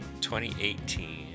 2018